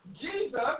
Jesus